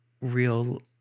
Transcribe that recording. real